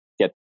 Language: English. get